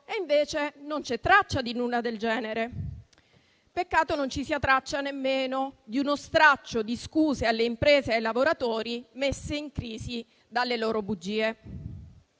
Invece non c'è traccia di nulla del genere. Peccato non ci sia traccia nemmeno di uno straccio di scuse alle imprese e ai lavoratori messi in crisi dalle loro bugie.